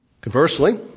Conversely